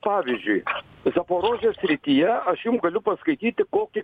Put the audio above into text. pavyzdžiui zaporožės srityje aš jum galiu paskaityti kokį